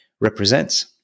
represents